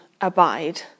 abide